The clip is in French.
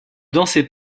dansez